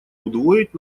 удвоить